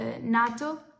NATO